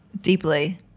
deeply